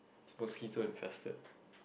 supposedly too infested